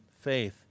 faith